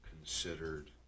considered